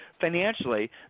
financially